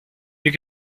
you